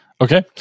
Okay